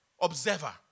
observer